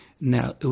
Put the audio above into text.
now